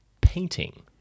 painting